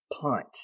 punt